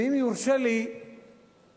ואם יורשה לי לומר,